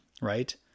Right